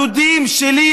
אני,